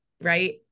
right